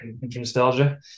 nostalgia